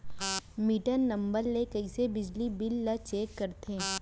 Metre number ले कइसे बिजली बिल ल चेक करथे?